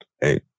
Hey